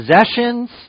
possessions